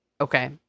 Okay